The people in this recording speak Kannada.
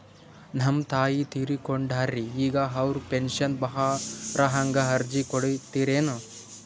ನಮ್ ತಾಯಿ ತೀರಕೊಂಡಾರ್ರಿ ಈಗ ಅವ್ರ ಪೆಂಶನ್ ಬರಹಂಗ ಅರ್ಜಿ ಕೊಡತೀರೆನು?